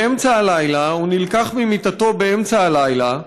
באמצע הלילה, הוא נלקח ממיטתו באמצע הלילה,